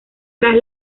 tras